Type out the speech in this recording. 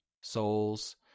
souls